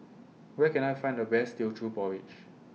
Where Can I Find The Best Teochew Porridge